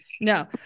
No